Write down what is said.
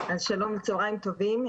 צהריים טובים.